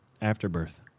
afterbirth